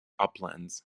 uplands